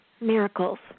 miracles